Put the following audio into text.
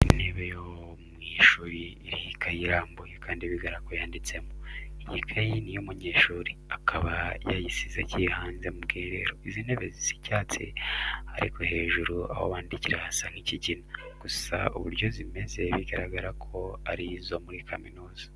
Intebe yo mu ishuri iriho ikayi irambuye kandi bigaragara ko yanditsemo. Iyi kayi ni iy'umunyeshuri, akaba yayisize agiye hanze ku bwiherero. Izi ntebe zisa icyatsi ariko hejuru aho bandikira hasa nk'ikigina, gusa uburyo zimeze biragaragara ko ari izo muri kaminuza.